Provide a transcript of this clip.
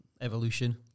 evolution